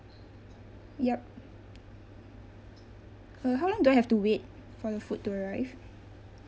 yup uh how long do I have to wait for the food to arrive